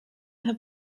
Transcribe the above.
have